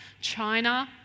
China